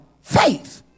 faith